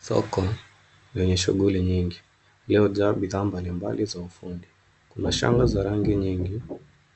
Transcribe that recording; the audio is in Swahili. Soko lenye shughuli nyingi iliyojaa bidhaa nyingi za ufundi. Kuna shanga za rangi nyingi,